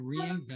reinvent